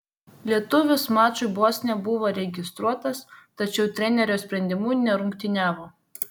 lietuvis mačui bostone buvo registruotas tačiau trenerio sprendimu nerungtyniavo